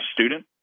student